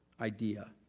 idea